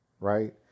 right